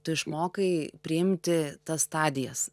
tu išmokai priimti tas stadijas